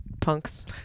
Punks